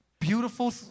beautiful